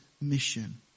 mission